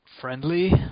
friendly